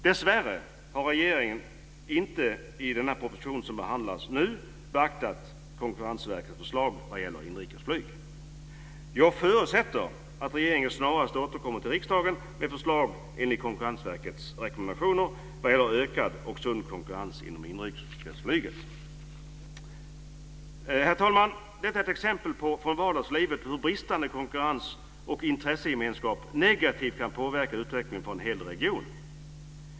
Dessvärre har regeringen i den proposition som nu behandlas inte beaktat Konkurrensverkets förslag vad gäller inrikesflyget. Jag förutsätter att regeringen snarast återkommer till riksdagen med förslag enligt Konkurrensverkets rekommendationer vad gäller ökad och sund konkurrens inom inrikesflyget. Herr talman! Detta är ett exempel från vardagslivet på hur bristande konkurrens och intressegemenskaper negativt kan påverka utvecklingen för en hel region.